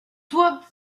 toi